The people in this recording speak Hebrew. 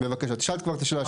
בבקשה, תשאל כבר את השאלה השנייה.